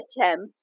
attempt